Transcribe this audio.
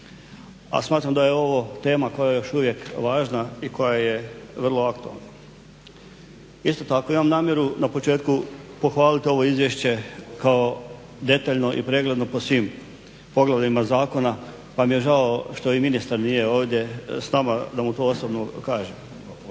a smatram da je ovo tema, koja je još uvijek važna i koja je vrlo aktualna. Isto tako imam namjeru na početku pohvaliti ovo izvješće kao detaljno i pregledno po svim poglavljima zakona, pa mi je žao što i ministar nije ovdje s nama da mu to osobno kažem.